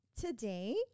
Today